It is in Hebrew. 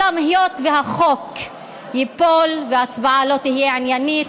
אולם, היות שהחוק ייפול וההצבעה לא תהיה עניינית,